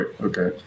okay